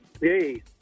Hey